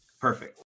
Perfect